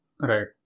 right